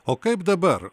o kaip dabar